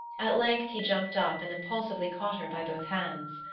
at length he jumped up and impulsively caught her by both hands.